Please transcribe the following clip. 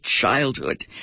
childhood